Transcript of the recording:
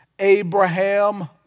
Abraham